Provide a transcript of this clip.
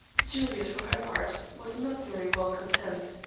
juliet, for her part, was not very well content.